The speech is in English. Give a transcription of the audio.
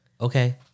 Okay